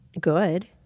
good